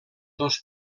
dos